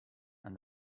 and